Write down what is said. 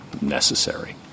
necessary